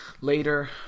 later